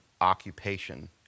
occupation